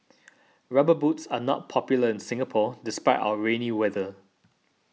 rubber boots are not popular in Singapore despite our rainy weather